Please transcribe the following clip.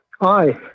Hi